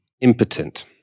impotent